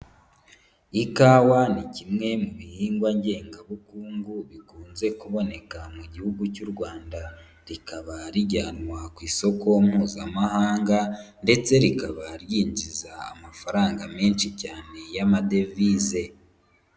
Ikawa ni kimwe mu bihingwa ngengabukungu bikunze kuboneka mu gihugu cy'u Rwanda rikaba rijyanwa ku isoko mpuzamahanga ndetse rikaba ryinjiza amafaranga menshi cyane y'amadevize.